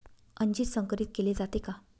अंजीर संकरित केले जाते का?